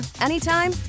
anytime